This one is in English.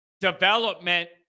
development